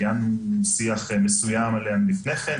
קיימנו שיח מסוים עליה לפני כן.